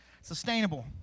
Sustainable